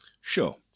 Sure